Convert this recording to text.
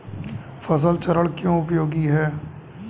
फसल चरण क्यों उपयोगी है?